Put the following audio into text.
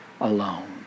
alone